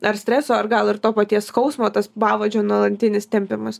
ar streso ar gal ir to paties skausmo tas pavadžio nuolatinis tempimas